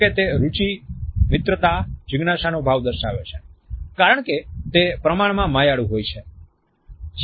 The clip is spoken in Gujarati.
જો કે તે રુચિ મિત્રતા અને જિજ્ઞાસાનો ભાવ દર્શાવે છે કારણ કે તે પ્રમાણમાં માયાળુ હોય છે